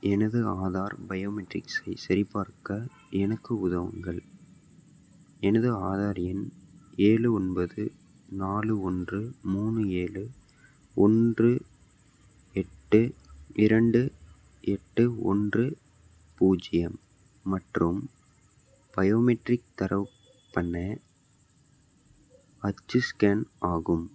எனது ஆதார் பயோமெட்ரிக்ஸை சரிபார்க்க எனக்கு உதவுங்கள் எனது ஆதார் எண் ஏழு ஒன்பது நாலு ஒன்று மூணு ஏழு ஒன்று எட்டு இரண்டு எட்டு ஒன்று பூஜ்ஜியம் மற்றும் பயோமெட்ரிக் தரவுப் பண்ண அச்சு ஸ்கேன் ஆகும்